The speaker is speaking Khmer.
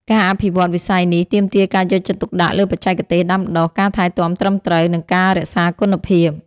ការអភិវឌ្ឍន៍វិស័យនេះ ទាមទារការយកចិត្តទុកដាក់លើបច្ចេកទេសដាំដុះ ការថែទាំត្រឹមត្រូវ និងការរក្សាគុណភាព។